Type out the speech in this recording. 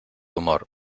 humor